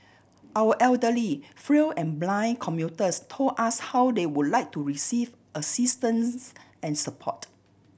our elderly frail and blind commuters told us how they would like to receive assistance and support